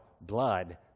blood